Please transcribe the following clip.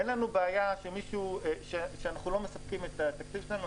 אין לנו בעיה שאנחנו לא מספקים את התקציב שלנו,